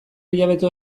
hilabete